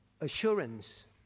assurance